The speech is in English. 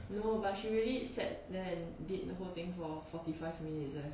no but she really sat there and did the whole thing for forty five minutes eh